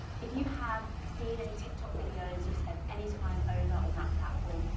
if you have seen any tiktok videos, you've spent any time over on that platform,